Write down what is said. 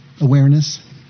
Awareness